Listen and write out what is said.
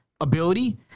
ability